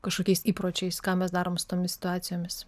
kažkokiais įpročiais ką mes darom su tomis situacijomis